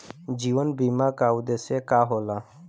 जीवन बीमा का उदेस्य का होला?